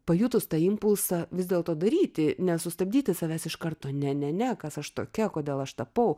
pajutus tą impulsą vis dėlto daryti nesustabdyti savęs iš karto ne ne ne kas aš tokia kodėl aš tapau